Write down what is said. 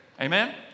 Amen